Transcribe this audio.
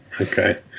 Okay